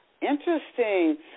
interesting